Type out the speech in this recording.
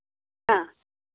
ஆ